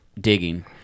digging